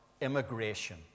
immigration